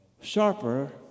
sharper